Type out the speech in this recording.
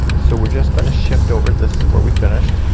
so we're just gonna shift over. this is where we finished.